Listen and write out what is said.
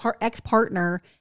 ex-partner